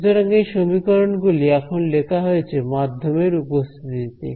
সুতরাং এই সমীকরণ গুলি এখন লেখা হয়েছে মাধ্যমের উপস্থিতিতে